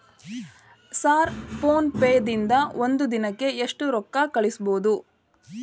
Sir PhonePe ದಿಂದ ಒಂದು ದಿನಕ್ಕೆ ಎಷ್ಟು ರೊಕ್ಕಾ ಕಳಿಸಬಹುದು?